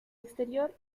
exterior